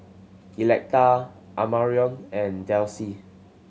Electa Amarion and Delcie